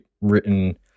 written